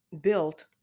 built